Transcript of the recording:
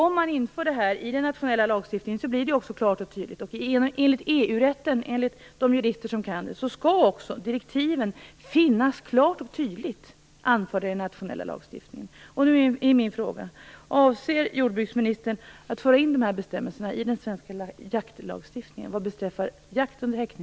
Om man inför detta i den nationella lagstiftningen blir det klart och tydligt. Enligt EU-rätten och de jurister som kan detta, skall också direktiven finnas klart och tydligt anförda i den nationella lagstiftningen.